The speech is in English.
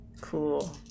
Cool